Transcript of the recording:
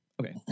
Okay